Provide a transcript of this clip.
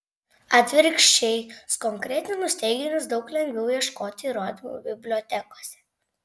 atvirkščiai sukonkretinus teiginius daug lengviau ieškoti įrodymų bibliotekose